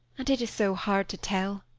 and it is so hard to tell!